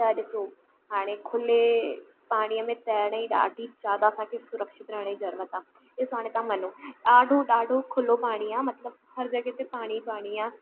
त ॾिसो हाणे खुले पाणीअ में तरण ई ॾाढी ज़्यादाह असांखे सुरक्षित रहण जी ज़रूरत आहे ॾिसो हाणे तव्हां मञियो ॾाढो ॾाढो खुलो पाणी आहे मतिलबु हर जॻहि ते पाणी पाणी आहे